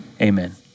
amen